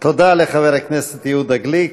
תודה לחבר הכנסת יהודה גליק.